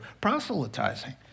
proselytizing